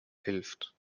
hilft